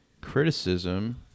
criticism